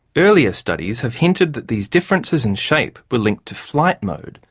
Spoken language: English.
earlier studies have hinted that these differences in shape were linked to flight mode,